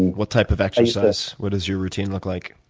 what type of exercise? what does your routine look like?